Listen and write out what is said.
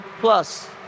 Plus